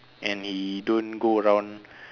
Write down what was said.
and he don't go around